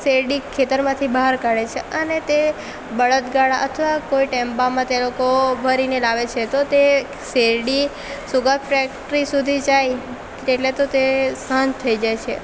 શેરડી ખેતરમાંથી બહાર કાઢે છે અને તે બળદગાડા અથવા કોઈ ટેમ્પામાં તે લોકો ભરીને લાવે છે તો તે શેરડી સુગર ફેક્ટરી સુધી જાય તેટલે તો તે સાંજ થઈ જાય છે